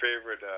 favorite